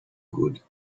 good